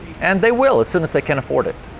and they will, as soon as they can afford it.